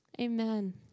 Amen